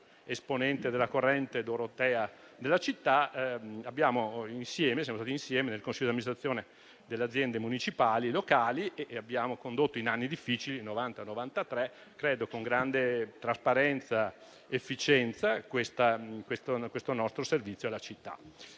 esponente della corrente dorotea della città, siamo stati insieme nel Consiglio d'amministrazione delle aziende municipali locali e abbiamo condotto in anni difficili (1990 e 1993), credo con grande trasparenza e efficienza, questo nostro servizio alla città.